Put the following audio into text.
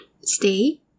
stay